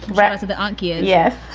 right out of the anchia. yeah.